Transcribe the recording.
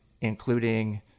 including